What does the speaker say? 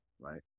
right